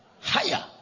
Higher